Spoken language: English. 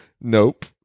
nope